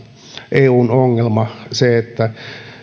eun ongelma että kun